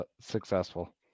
successful